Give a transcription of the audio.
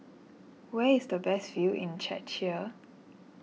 where is the best view in Czechia